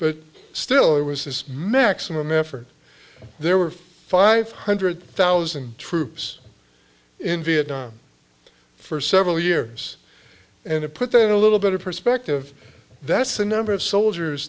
but still there was this mexican effort there were five hundred thousand troops in vietnam for several years and it put that a little bit of perspective that's the number of soldiers